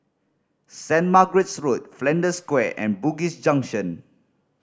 Saint Margaret's Road Flanders Square and Bugis Junction